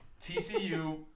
TCU